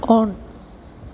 on